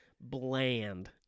bland